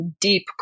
deep